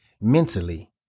mentally